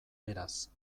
beraz